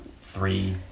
three